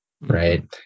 right